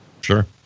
Sure